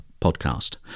podcast